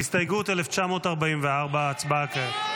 הסתייגות 1944, ההצבעה כעת.